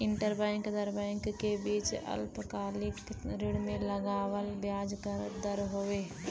interbank दर bank के बीच अल्पकालिक ऋण पे लगावल ब्याज क दर हौ